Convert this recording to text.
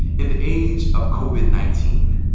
in the age of covid nineteen,